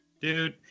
Dude